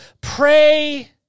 Pray